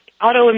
auto